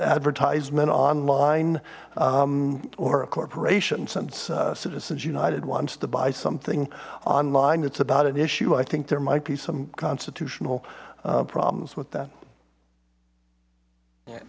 advertisement online or a corporation since citizens united wants to buy something online it's about an issue i think there might be some constitutional problems with that